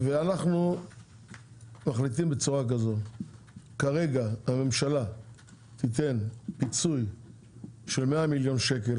ואנחנו מחליטים בצורה כזו - כרגע הממשלה תיתן פיצוי של מאה מיליון שקל,